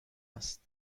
است